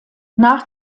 nach